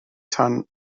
tan